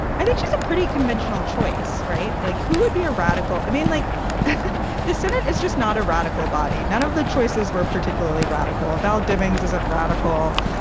i think she's a pretty conventional choice. right. like who would be a radical? i mean, like the senate is just not a radical body. none of the choices were particularly radical. about demings isn't radical.